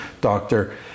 doctor